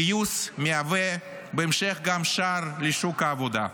גיוס מהווה בהמשך גם שער לשוק העבודה.